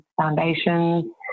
foundations